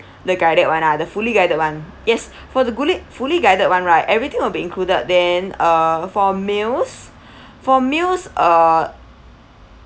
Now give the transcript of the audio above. the guided [one] lah the fully guided [one] yes for the fully fully guided [one] right everything will be included then uh for meals for meals uh